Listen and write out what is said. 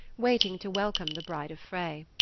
waiting to welcome the bride of frey.